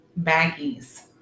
baggies